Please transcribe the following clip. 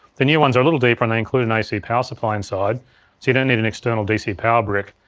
the new ones are a little deeper and they include an ac power supply inside so you don't need an external dc power brick.